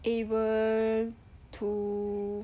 able to